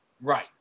right